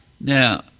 Now